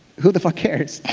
who the fuck cares?